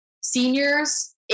seniors